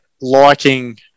liking